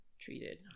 treated